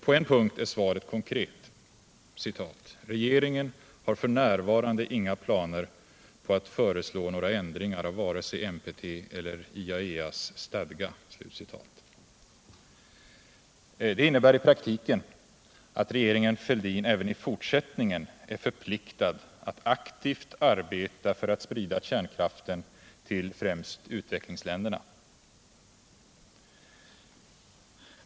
På en punkt är svaret konkret: ”Regeringen har f. n. inga planer på att föreslå några ändringar av vare sig NPT eller IAEA:s stadga.” Det innebär i praktiken att regeringen Fälldin även i fortsättningen är förpliktad att aktivt arbeta för att sprida kärnkraften till främst utvecklingsländerna.